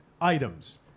items